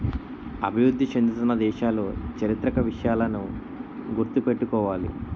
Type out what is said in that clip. అభివృద్ధి చెందుతున్న దేశాలు చారిత్రక విషయాలను గుర్తు పెట్టుకోవాలి